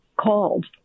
called